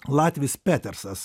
latvis petersas